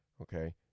okay